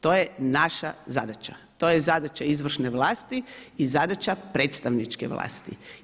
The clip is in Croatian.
To je naša zadaća, to je zadaća izvršne vlasti i zadaća predstavničke vlasti.